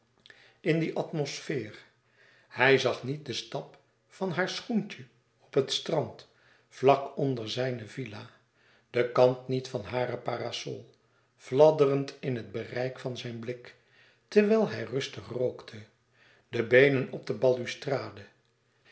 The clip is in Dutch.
in die atmosfeer hij zag niet den stap van haar schoentje op het strand vlak onder zijne villa de kant niet van hare parasol fladderend in het bereik van zijn blik terwijl hij rustig rookte de beenen op de balustrade